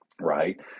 right